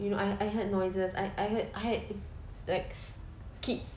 you know I I heard noises I I heard I heard like kids